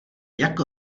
jak